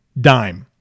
dime